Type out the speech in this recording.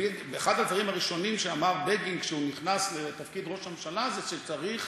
אחד הדברים הראשונים שאמר בגין כשהוא נכנס לתפקיד ראש הממשלה זה שצריך